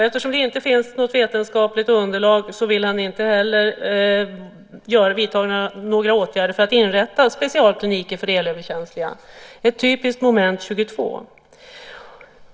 Eftersom det inte finns något vetenskapligt underlag vill han inte heller vidta åtgärder för att inrätta specialkliniker för elöverkänsliga - ett typiskt moment 22.